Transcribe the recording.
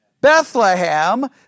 Bethlehem